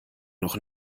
noch